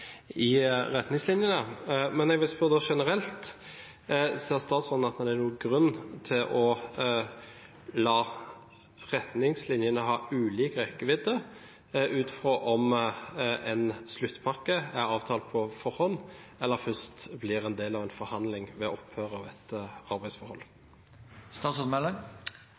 retningslinjene, men jeg vil spørre generelt: Ser statsråden at det er noen grunn til å la retningslinjene ha ulik rekkevidde ut fra om en sluttpakke er avtalt på forhånd eller først blir en del av en forhandling ved opphør av et